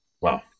Wow